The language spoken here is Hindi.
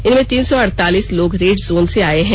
इनमें तीन सौ अड़तालीस लोग रेड जोन से आये हैं